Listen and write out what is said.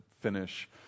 finish